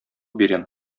бирәм